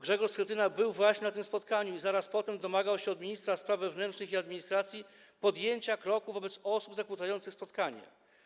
Grzegorz Schetyna był właśnie na tym spotkaniu i zaraz potem domagał się od ministra spraw wewnętrznych i administracji podjęcia kroków wobec osób zakłócających spotkanie.